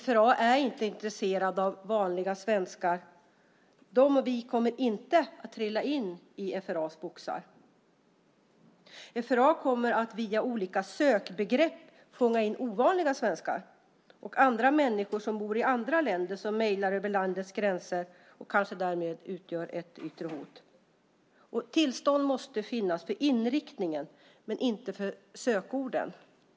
FRA är inte intresserad av vanliga svenskar. De och vi kommer inte att trilla in i FRA:s boxar. FRA kommer att via sökbegrepp fånga in "ovanliga svenskar" och andra människor som bor i andra länder som mejlar över landets gränser och kanske därmed utgör ett yttre hot. Tillstånd måste finnas för inriktningen men inte för sökorden.